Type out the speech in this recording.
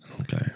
Okay